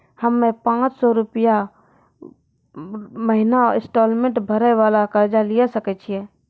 हम्मय पांच सौ रुपिया महीना इंस्टॉलमेंट भरे वाला कर्जा लिये सकय छियै?